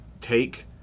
take